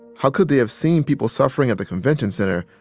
how could they have seen people suffering at the convention center,